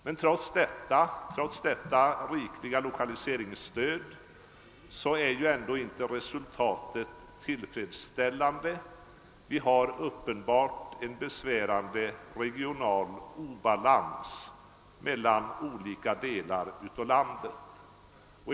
Men trots detta rikliga lokaliseringsstöd är ju ändå inte resultatet tillfredsställande. Vi har uppenbarligen en besvärande regional obalans mellan olika delar av landet.